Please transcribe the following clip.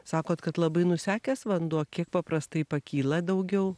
sakot kad labai nusekęs vanduo kiek paprastai pakyla daugiau